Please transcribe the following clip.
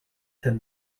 then